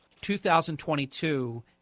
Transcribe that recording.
2022